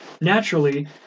naturally